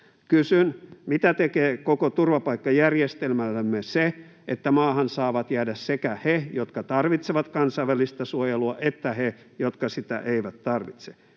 Kysyn: mitä tekee koko turvapaikkajärjestelmällemme se, että maahan saavat jäädä sekä he, jotka tarvitsevat kansainvälistä suojelua, että he, jotka sitä eivät tarvitse?